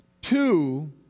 two